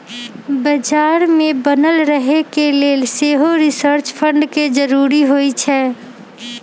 बजार में बनल रहे के लेल सेहो रिसर्च फंड के जरूरी होइ छै